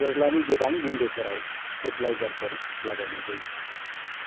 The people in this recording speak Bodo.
बोरलानि गोबां बिन्दोफोराव स्टेबिलाइजारफोर लागायनाय जायो